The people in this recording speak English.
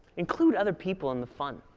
include other people in the fun.